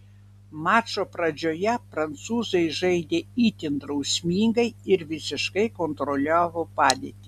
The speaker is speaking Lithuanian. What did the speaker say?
mačo pradžioje prancūzai žaidė itin drausmingai ir visiškai kontroliavo padėtį